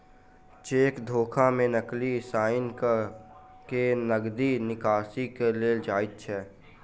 cheque धोखा मे नकली साइन क के नगदी निकासी क लेल जाइत छै